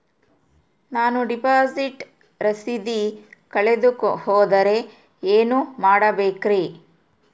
ನಾನು ಡಿಪಾಸಿಟ್ ರಸೇದಿ ಕಳೆದುಹೋದರೆ ಏನು ಮಾಡಬೇಕ್ರಿ?